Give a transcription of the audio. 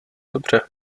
dobře